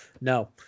No